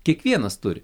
kiekvienas turi